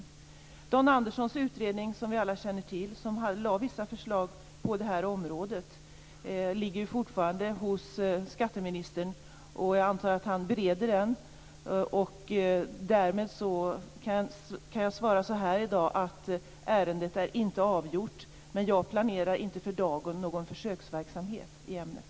Vi känner alla till Dan Anderssons utredning, som lade fram vissa förslag på området. Den ligger fortfarande hos skatteministern, och jag antar att han bereder den. Jag kan därmed svara så här i dag: Ärendet är inte avgjort, men jag planerar inte för dagen någon försöksverksamhet i ämnet.